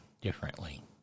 differently